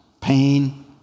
pain